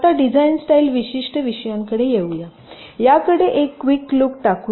आता design style विशिष्ट विषयांकडे येऊ या याकडे एक क्विक लुक टाकूया